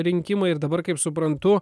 rinkimai ir dabar kaip suprantu